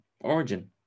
Origin